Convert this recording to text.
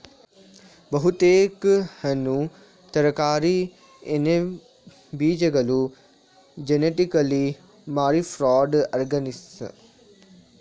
ಬಹುತೇಕ ಹಣ್ಣು ತರಕಾರಿ ಎಣ್ಣೆಬೀಜಗಳು ಜೆನಿಟಿಕಲಿ ಮಾಡಿಫೈಡ್ ಆರ್ಗನಿಸಂ